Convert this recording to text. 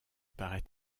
paraît